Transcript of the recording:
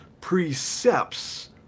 precepts